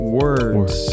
words